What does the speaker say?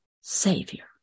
Savior